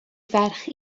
ferch